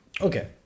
Okay